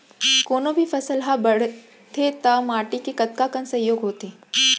कोनो भी फसल हा बड़थे ता माटी के कतका कन सहयोग होथे?